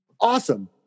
Awesome